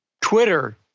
Twitter